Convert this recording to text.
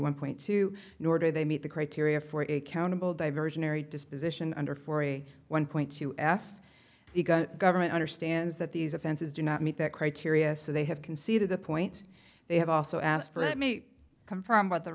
one point two nor do they meet the criteria for a countable diversionary disposition under for a one point two f the government understands that these offenses do not meet that criteria so they have conceded the point they have also asked for it may come from